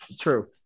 true